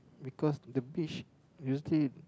because the beach usually